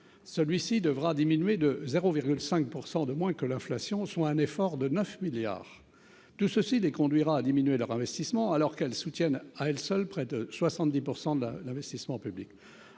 celui-ci devra diminuer de 0,5 pour 100 de moins que l'inflation soit un effort de 9 milliards tout ceci les conduira à diminuer leur investissement alors qu'elle soutienne à elle seule près de 70 % de la l'investissement public,